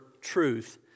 truth